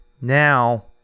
now